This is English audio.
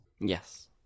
Yes